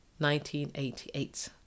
1988